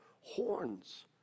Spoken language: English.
horns